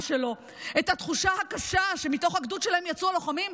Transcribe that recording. שמתוך הגדוד שלו יצאו הלוחמים,